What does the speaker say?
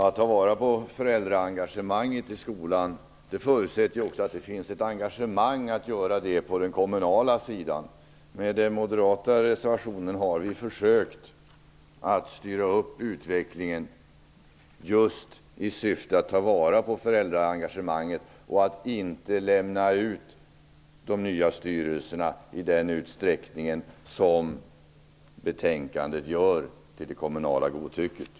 Fru talman! Det förutsätter att det finns ett engagemang på den kommunala sidan för att man skall kunna ta vara på föräldraengagemanget i skolan. Med den moderata reservationen har vi försökt styra utvecklingen just i syfte att man tar till vara föräldraengagemanget och att man inte lämnar ut de nya styrelserna till det kommunala godtycket i den utsträckning som görs i betänkandet.